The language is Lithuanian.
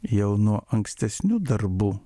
jau nuo ankstesnių darbų